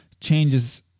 changes